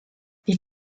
wir